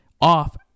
off